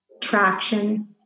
traction